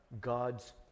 God's